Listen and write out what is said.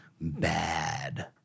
Bad